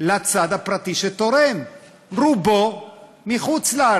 בצד הפרטי שתורם, רובו מחוץ-לארץ.